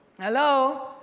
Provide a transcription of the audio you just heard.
Hello